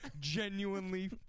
genuinely